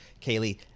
Kaylee